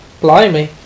Blimey